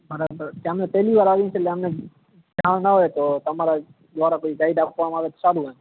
બરાબર તે અમે પહેલી વાર આવી રીતે અમને જાણ ના હોય તો તમારા દ્વારા કોઈ ગાઈડ આપવમાં આવે તો સારું એમ